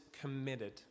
committed